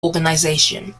organisation